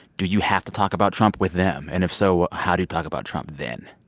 do you have to talk about trump with them? and if so how do you talk about trump then?